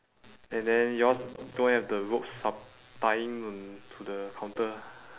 and then yours don't have the ropes tying onto the counter